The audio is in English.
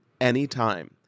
anytime